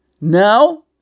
Now